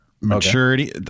Maturity